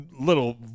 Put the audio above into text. little